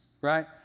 right